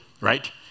right